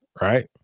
right